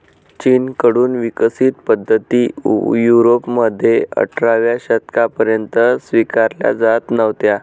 चीन कडून विकसित पद्धती युरोपमध्ये अठराव्या शतकापर्यंत स्वीकारल्या जात नव्हत्या